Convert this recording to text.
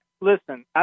listen